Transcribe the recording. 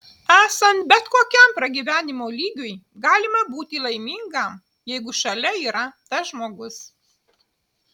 esant bet kokiam pragyvenimo lygiui galima būti laimingam jeigu šalia yra tas žmogus